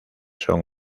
son